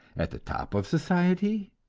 at the top of society,